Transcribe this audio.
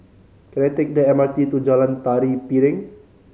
can I take the M R T to Jalan Tari Piring